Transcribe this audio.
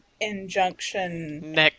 injunction